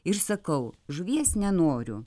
ir sakau žuvies nenoriu